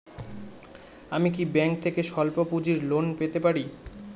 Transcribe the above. আমি কি ব্যাংক থেকে স্বল্প পুঁজির লোন পেতে পারি?